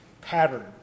pattern